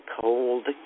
cold